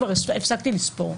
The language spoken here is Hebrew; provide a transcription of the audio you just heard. כבר הפסקתי לספור.